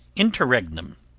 interregnum,